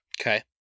Okay